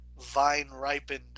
vine-ripened